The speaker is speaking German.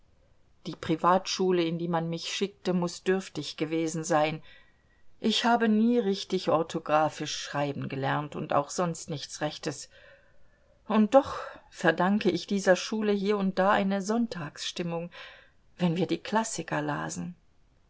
die privatschule in die man mich schickte muß dürftig gewesen sein ich habe nie richtig orthographisch schreiben gelernt und auch sonst nichts rechtes und doch verdankte ich dieser schule hier und da eine sonntagsstimmung wenn wir die klassiker lasen